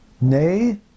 nay